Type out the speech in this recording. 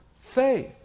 faith